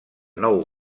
nou